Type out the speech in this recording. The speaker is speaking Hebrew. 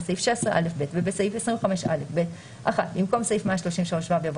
בסעיף 16א(ב) ובסעיף 25א(ב): (1) במקום "סעיף 133ו" יבוא